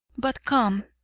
but come,